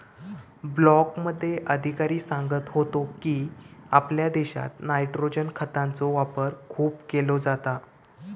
ब्लॉकमध्ये अधिकारी सांगत होतो की, आपल्या देशात नायट्रोजन खतांचो वापर खूप केलो जाता